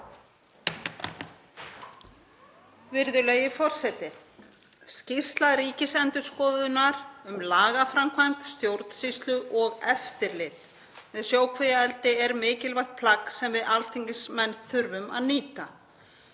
Virðulegi forseti. Skýrsla Ríkisendurskoðunar um lagaframkvæmd, stjórnsýslu og eftirlit með sjókvíaeldi er mikilvægt plagg sem við alþingismenn þurfum að nýta.